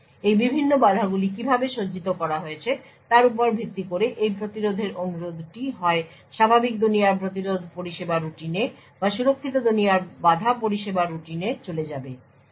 সুতরাং এই বিভিন্ন বাধাগুলি কীভাবে সজ্জিত করা হয়েছে তার উপর ভিত্তি করে এই প্রতিরোধের অনুরোধটি হয় স্বাভাবিক দুনিয়ার প্রতিরোধ পরিষেবা রুটিনে বা সুরক্ষিত দুনিয়ার বাধা পরিষেবা রুটিনে চলে যাবে